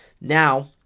Now